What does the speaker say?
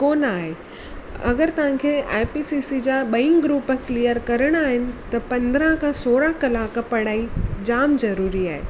कोन्ह आहे अगरि तव्हांखे आईपीसीसी जा बई ग्रूप क्लिअर करिणा आहिनि त पंद्रहं कलाक सोरहां कलाक पढ़ाई जाम जरूरी आहे